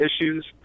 issues